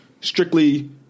strictly